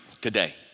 today